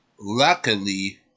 Luckily